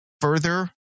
further